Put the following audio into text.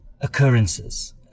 occurrences